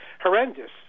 horrendous